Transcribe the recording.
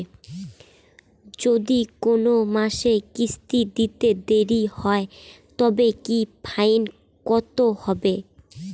যদি কোন মাসে কিস্তি দিতে দেরি হয় তবে কি ফাইন কতহবে?